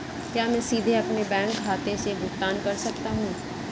क्या मैं सीधे अपने बैंक खाते से भुगतान कर सकता हूं?